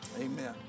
Amen